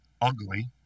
ugly